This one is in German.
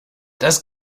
das